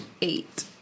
eight